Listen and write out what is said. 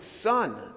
son